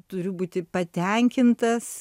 turiu būti patenkintas